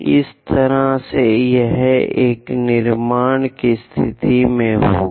इस तरह से यह एक निर्माण की स्थिति में होगा